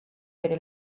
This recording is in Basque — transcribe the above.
bere